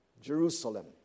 Jerusalem